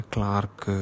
Clark